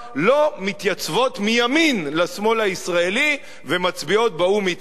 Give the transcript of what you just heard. לא מתייצבות מימין לשמאל הישראלי ומצביעות באו"ם אתנו.